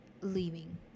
leaving